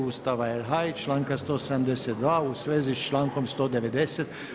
Ustava RH i čanka 172. u svezi s člankom 190.